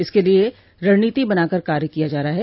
इसके लिये रणनीति बनाकर कार्य किया जा रहा है